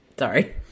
Sorry